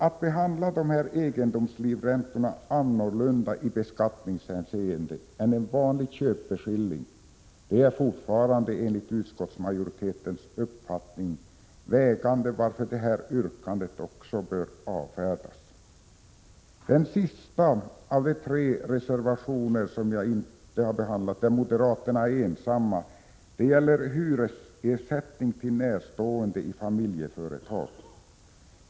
Att behandla egendomslivräntorna annorlunda i beskattningshänseende än en vanlig köpeskilling är fortfarande, enligt utskottsmajoritetens uppfattning, ett vägande skäl för att även detta yrkande bör avfärdas. Den sista av de tre reservationer som jag inte har behandlat, där moderaterna är ensamma, gäller hyresersättning till närstående i familjeföretag.